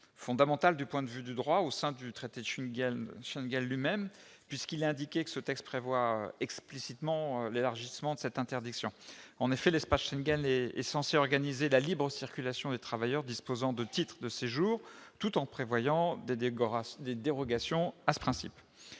fondamentale du point de vue du droit au sein du traité de Schengen lui-même, puisque ce texte prévoit explicitement l'élargissement de cette interdiction. En effet, l'espace Schengen est censé organiser la libre circulation des travailleurs disposant de titres de séjour tout en prévoyant des dérogations à ce principe.